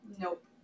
Nope